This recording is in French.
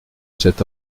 cet